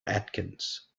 atkins